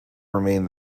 remain